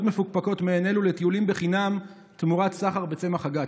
מפוקפקות מעין אלו לטיולים חינם תמורת סחר בצמח הגת.